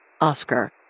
Oscar